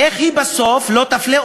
המדינה, הדיון הזה הוא קודם כול הזדמנות